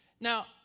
Now